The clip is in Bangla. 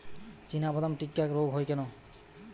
চিনাবাদাম টিক্কা রোগ হয় কেন?